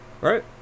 right